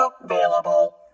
available